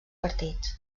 partits